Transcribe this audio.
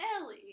Ellie